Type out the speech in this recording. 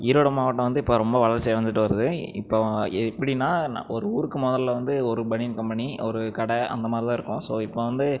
ஈரோடு மாவட்டம் வந்து இப்போ ரொம்ப வளர்ச்சி அடைஞ்சுட்டு வருது இப்போது எப்படினா ஒரு ஊருக்கு முதல்ல வந்து ஒரு பனியன் கம்பெனி ஒரு கடை அந்த மாதிரி தான் இருக்கும் ஸோ இப்போ வந்து